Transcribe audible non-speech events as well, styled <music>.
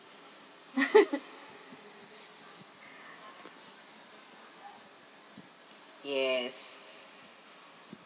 <laughs> yes